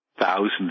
thousands